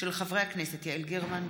חברי הכנסת יעל גרמן,